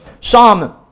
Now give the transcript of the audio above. Psalm